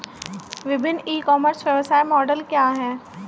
विभिन्न e commerce व्यवसाय model क्या हैं?